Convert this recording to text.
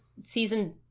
season